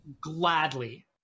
Gladly